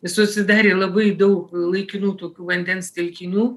susidarė labai daug laikinų tokių vandens telkinių